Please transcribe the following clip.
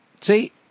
See